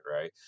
right